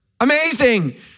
Amazing